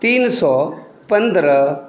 तीन सए पन्द्रह